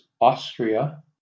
Austria